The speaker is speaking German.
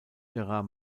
gerard